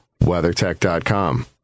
WeatherTech.com